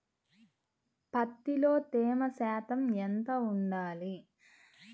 పత్తిలో తేమ శాతం ఎంత ఉండాలి?